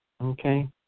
Okay